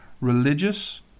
religious